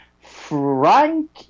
Frank